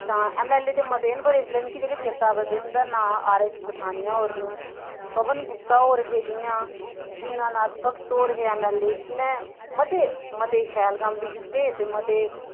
तां M L A ते मते न पर इसलै मिकी जेह्के चेतै आवै करदे उं'दा नांऽ आर ऐस पठानिया होर न पवन गुप्ता होर हे जि'यां दिना नाथ भगत होर हे ऐम्म ऐल्ल ए इ'नें मते मते मते शैल कम्म बी कीते ते मते